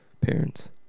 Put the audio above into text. parents